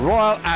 Royal